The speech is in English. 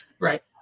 right